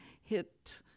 hit